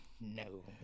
No